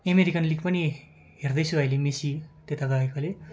American league पनि हेर्दैछु अहिले मेस्सी त्यता गएकोले